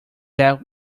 that